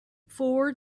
four